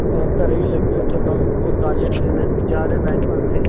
ਉਹ ਘਰ ਹੀ ਲੱਗੇ ਥੋੜ੍ਹਾ ਬਹੁਤ ਕਰ ਲੈਂਦੇ ਨੇ ਜ਼ਿਆਦੇ ਬਹਿ ਨਹੀਂ ਪਾਉਂਦੇ